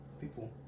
People